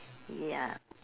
ya